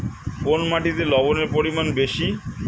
কোন মাটিতে লবণের পরিমাণ বেশি?